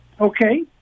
okay